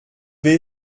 vais